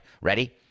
Ready